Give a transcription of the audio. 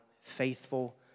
faithful